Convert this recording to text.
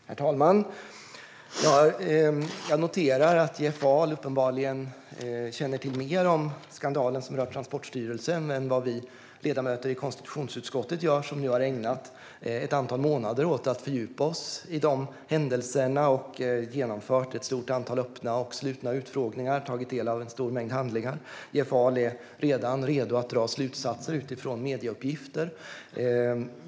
Herr talman! Jag noterar att Jeff Ahl uppenbarligen känner till mer om skandalen som rör Transportstyrelsen än vad vi ledamöter i konstitutionsutskottet gör, som nu har ägnat ett antal månader åt att fördjupa oss i händelserna och genomfört ett stort antal öppna och slutna utfrågningar samt tagit del av en stor mängd handlingar. Jeff Ahl är redan redo att dra slutsatser utifrån medieuppgifter.